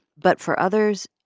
but for others,